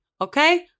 okay